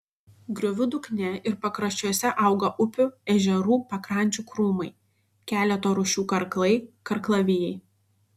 griovų dugne ir pakraščiuose auga upių ežerų pakrančių krūmai keleto rūšių karklai karklavijai